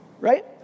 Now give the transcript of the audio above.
Right